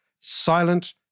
Silent